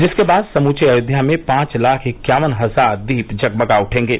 जिसके बाद समूचे अयोध्या में पांच लाख इक्यावन हजार दीप जगमगा उठेंगे